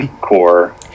core